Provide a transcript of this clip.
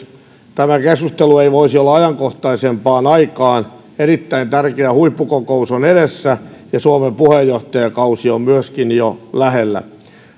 tämä keskustelu ei voisi olla ajankohtaisempaan aikaan erittäin tärkeä huippukokous on edessä ja myöskin suomen puheenjohtajakausi on jo lähellä